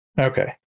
Okay